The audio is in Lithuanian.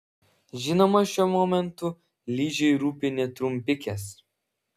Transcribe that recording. žinoma šiuo momentu ližei rūpi ne trumpikės